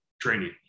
training